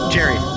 Jerry